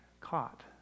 caught